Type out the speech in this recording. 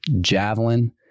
javelin